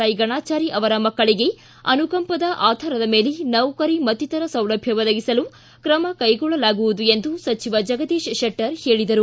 I Ganachari ಅವರ ಮಕ್ಕಳಿಗೆ ಅನುಕಂಪದ ಆಧಾರದ ಮೇಲೆ ನೌಕರಿ ಮತ್ತಿತರ ಸೌಲಭ್ಯ ಒದಗಿಸಲು ಕ್ರಮ ಕೈಗೊಳ್ಳಲಾಗುವುದು ಎಂದು ಹೇಳಿದರು